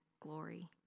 glory